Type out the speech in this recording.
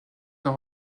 d’un